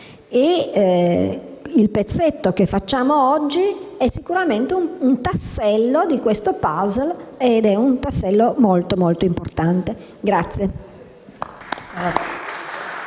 Il pezzetto che facciamo oggi è sicuramente un tassello di questo*puzzle* ed è un tassello molto importante.